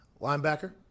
Linebacker